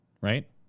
right